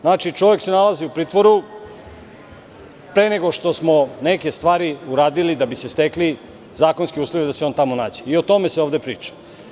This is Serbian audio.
Znači, čovek se nalazi u pritvoru pre nego što smo neke stvari uradili da bi se stekli zakonski uslovi da se on tamo nađe, i o tome se ovde priča.